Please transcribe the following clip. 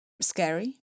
scary